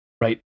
Right